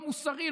לא מוסרי,